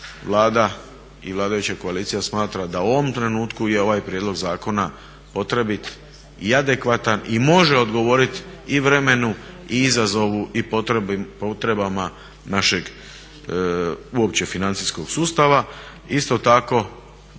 Vlada i vladajuća koalicija smatra da u ovom trenutku je ovaj prijedlog zakona potrebit i adekvatan i može odgovoriti i vremenu i izazovu i potrebama našeg uopće financijskog sustava.